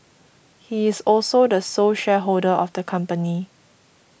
he is also the sole shareholder of the company